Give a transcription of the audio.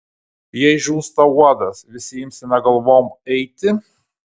jei žūsta uodas visi imsime galvom eiti